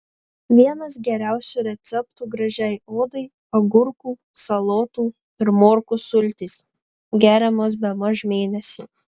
vienas geriausių receptų gražiai odai agurkų salotų ir morkų sultys geriamos bemaž mėnesį